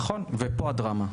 נכון, ולדעתי פה הדרמה.